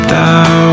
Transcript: Thou